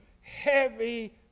heavy